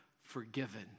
forgiven